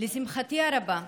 לשמחתי הרבה,